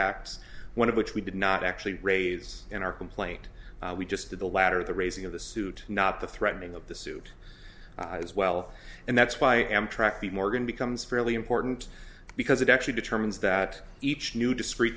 of which we did not actually raise in our complaint we just did the latter the raising of the suit not the threatening of the suit eyes well and that's why amtrak the morgan becomes fairly important because it actually determines that each new discre